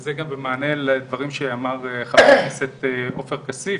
וזה גם במענה לדברים שאמר חבר הכנסת עופר כסיף,